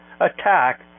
attack